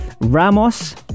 Ramos